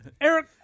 Eric